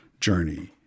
journey